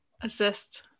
assist